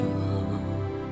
love